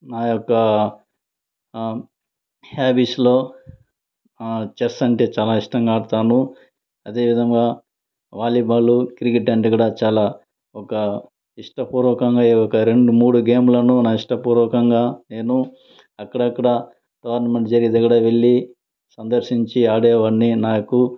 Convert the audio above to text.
నా యొక హాబీస్లో చెస్ అంటే చాలా ఇష్టంగా ఆడతాను అదేవిధముగా వాలీబాలు క్రికెట్ అంటే కూడ చాలా ఒక ఇష్టపూర్వకంగా ఒక రెండు మూడు గేములను నా ఇష్టపూర్వకంగా నేను అక్కడక్కడ గవర్నమెంట్ జాగా దగ్గర వెళ్ళి సందర్శించి ఆడేవాడిని నాకు